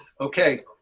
Okay